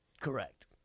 Correct